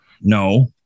No